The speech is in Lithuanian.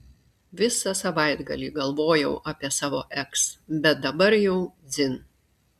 visą savaitgalį galvojau apie savo eks bet dabar jau dzin